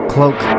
Cloak